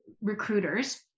recruiters